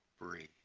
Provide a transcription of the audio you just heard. Breathe